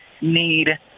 need –